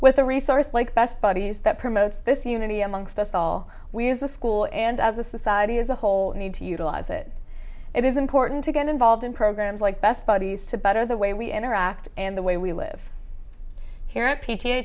with a resource like best buddies that promotes this unity amongst us all we as the school and as a society as a whole need to utilize it it is important to get involved in programs like best buddies to better the way we interact and the way we live here at p